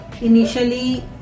Initially